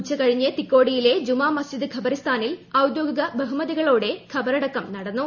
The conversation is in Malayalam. ഉച്ച കഴിഞ്ഞ് തിക്കോടിയിലെ ജുമാ മസ്ജിദ് ഖബർസ്ഥാനിൽ ഒദ്യോഗിക ബഹുമതികളോടെ ഖബറടക്കം നടന്നു